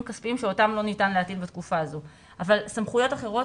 כספיים שאותם לא ניתן להטיל בתקופה הזאת אבל סמכויות אחרות